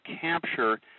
capture